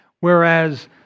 Whereas